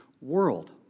world